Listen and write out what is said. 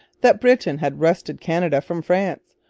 that britain had wrested canada from france,